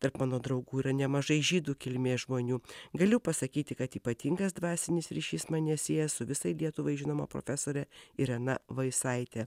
tarp mano draugų yra nemažai žydų kilmės žmonių galiu pasakyti kad ypatingas dvasinis ryšys mane sieja su visai lietuvai žinoma profesore irena veisaite